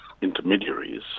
intermediaries